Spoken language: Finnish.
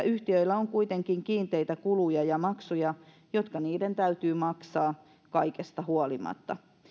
yhtiöillä on kuitenkin kiinteitä kuluja ja maksuja jotka niiden täytyy maksaa kaikesta huolimatta